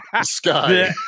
sky